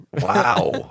Wow